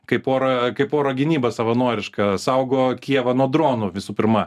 kaip oro kaip oro gynyba savanoriška saugo kijevą nuo dronų visų pirma